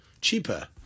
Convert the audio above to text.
cheaper